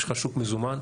יש לך שוק מזומן,